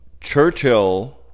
Churchill